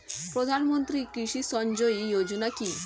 প্রধানমন্ত্রী কৃষি সিঞ্চয়ী যোজনা কি?